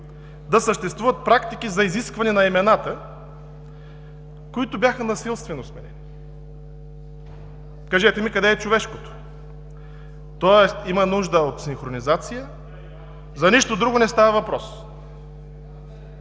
да съществуват практики за изискване на имената, които бяха насилствено сменени. Кажете ми къде е човешкото? Тоест, има нужда от синхронизация, за нищо друго не става въпрос.